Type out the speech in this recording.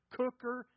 cooker